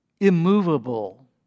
immovable